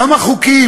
כמה חוקים?